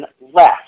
less